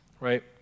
right